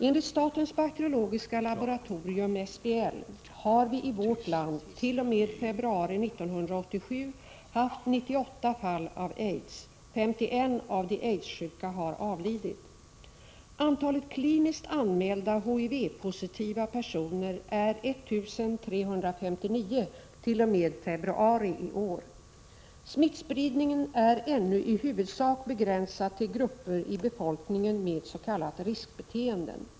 Enligt statens bakteriologiska laboratorium, SBL, har vi i vårt land t.o.m. februari 1987 haft 98 fall av aids. 51 av de aidssjuka har avlidit. Antalet kliniskt anmälda HIV-positiva personer är 1359 t.o.m. februari i år. Smittspridningen är ännu i huvudsak begränsad till grupper i befolkningen med s.k. riskbeteenden.